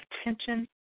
attention